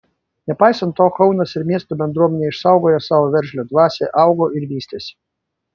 nepaisant to kaunas ir miesto bendruomenė išsaugojo savo veržlią dvasią augo ir vystėsi